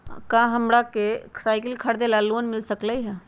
का हमरा के साईकिल खरीदे ला लोन मिल सकलई ह?